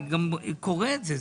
אני גם קורא את זה.